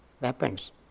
weapons